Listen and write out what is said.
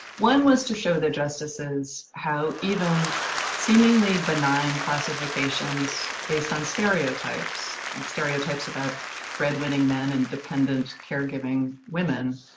one was to show the justices how even seemingly benign classifications based on stereotypes, like stereotypes about breadwinning men and dependent caregiving women,